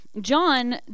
John